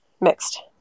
mixed